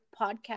podcast